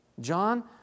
John